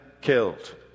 killed